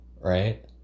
right